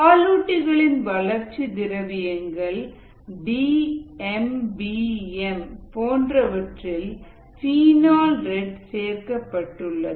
பாலூட்டிகளின் வளர்ச்சி திரவியங்கள் டி எம் பி எம் போன்றவற்றில் ஃபினால் ரெட் சேர்க்கப்பட்டுள்ளது